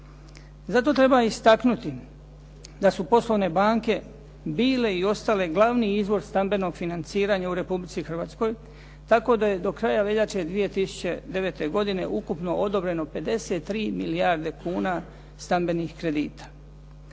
Zato treba istaknuti da su poslovne banke bile i ostale glavni izvor stambenog financiranja u Republici Hrvatskoj, tako da je do kraja veljače 2009. godine ukupno odobreno 53 milijarde kuna stambenih kredita.